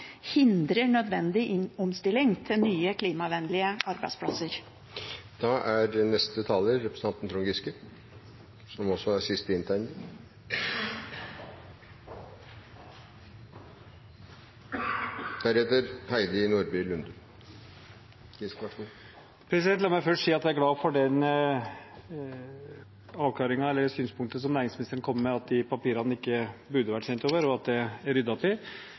hindrer nødvendig omstilling til nye, klimavennlige arbeidsplasser. La meg først si at jeg er glad for den avklaringen – eller det synspunktet – som næringsministeren kom med, om at de papirene ikke burde vært sendt over, og at det er ryddet opp i. Jeg tror det er helt nødvendig hvis man skal ha tillit i selskapene til